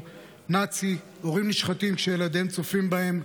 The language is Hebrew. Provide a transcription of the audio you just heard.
נאצי: הורים נשחטו כשילדיהם צופים בהם,